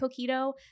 coquito